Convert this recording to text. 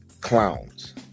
clowns